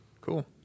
Cool